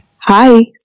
hi